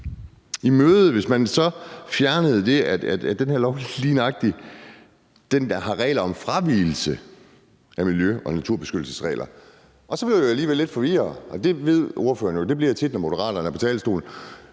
i møde, hvis man så fjernede det, at den her lov lige nøjagtig har regler om fravigelse af miljø- og naturbeskyttelsesregler, og så blev jeg jo alligevel lidt forvirret, og det ved ordføreren jo at jeg tit bliver, når Moderaterne er på talerstolen.